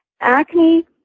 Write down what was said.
Acne